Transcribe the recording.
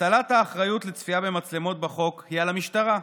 הטלת האחריות לצפייה במצלמות בחוק היא על המשטרה.